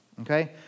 okay